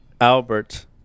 Albert